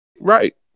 Right